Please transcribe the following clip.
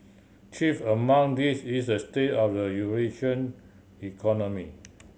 chief among these is a state of the economy